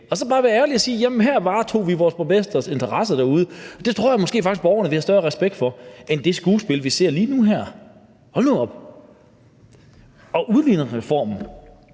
dog bare ærlige og sig: Jamen her varetog vi vores borgmestres interesser derude. Det tror jeg måske faktisk at borgerne ville have større respekt for end det skuespil, vi ser lige nu her – hold nu op. I forhold